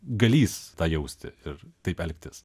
galys tą jausti ir taip elgtis